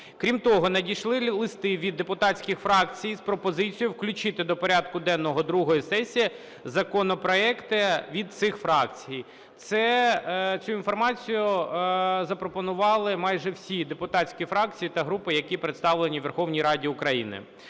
Крім того, надійшли листи від депутатських фракцій з пропозицією включити до порядку денного другої сесії законопроекти від цих фракцій. Цю інформацію запропонували майже всі депутатські фракції та групи, які представлені у Верховній Раді України.